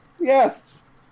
Yes